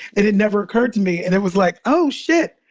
it had never occurred to me. and it was like, oh, shit.